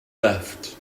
left